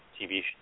TV